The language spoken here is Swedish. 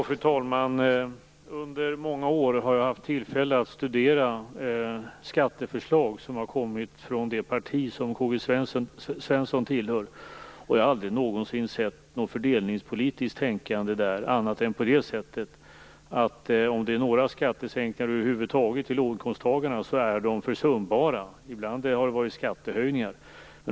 Fru talman! Under många år har jag haft tillfälle att studera skatteförslag som har kommit från det parti som Karl-Gösta Svenson tillhör, och jag har aldrig någonsin sett något fördelningspolitiskt tänkande där, annat än på det sättet att om det blir några skattesänkningar över huvud taget för låginkomsttagarna är de försumbara. Ibland har det varit skattehöjningar.